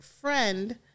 friend